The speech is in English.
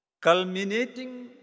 culminating